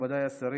מכובדיי השרים,